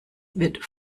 wird